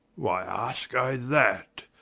why aske i that?